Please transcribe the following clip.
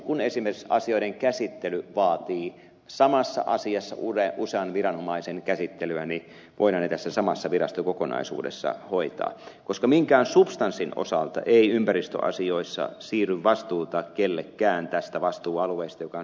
kun esimerkiksi asioiden käsittely vaatii samassa asiassa usean viranomaisen käsittelyä niin ne voidaan tässä samassa virastokokonaisuudessa hoitaa koska minkään substanssin osalta ei ympäristöasioissa siirry vastuuta kellekään tästä vastuualueesta joka on ympäristöasioiden vastuualue